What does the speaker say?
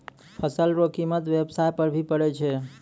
फसल रो कीमत व्याबसाय पर भी पड़ै छै